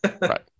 Right